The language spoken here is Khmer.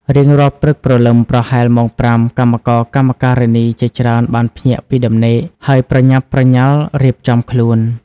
រៀងរាល់ព្រឹកព្រលឹមប្រហែលម៉ោង ៥ កម្មករកម្មការិនីជាច្រើនបានភ្ញាក់ពីដំណេក ហើយប្រញាប់ប្រញាល់រៀបចំខ្លួន។